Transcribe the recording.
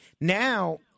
Now